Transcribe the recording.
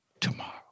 tomorrow